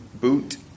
Boot